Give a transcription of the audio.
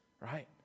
Right